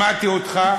שמעתי אותך.